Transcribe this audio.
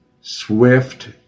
swift